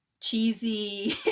cheesy